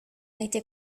été